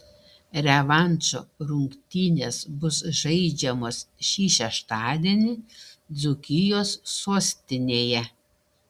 revanšo rungtynės bus žaidžiamos šį šeštadienį dzūkijos sostinėje